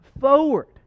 forward